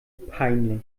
peinlich